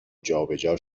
جابجا